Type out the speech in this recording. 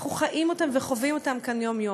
שאנחנו חיים אותם וחווים אותם כאן יום-יום.